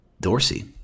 Dorsey